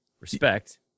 Respect